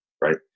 right